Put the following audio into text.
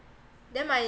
then my